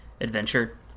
adventure